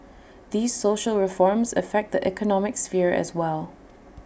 these social reforms affect the economic sphere as well